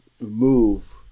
move